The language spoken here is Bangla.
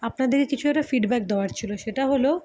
আপনাদের কিছু একটা ফিডব্যাক দেওয়ার ছিলো সেটা হলো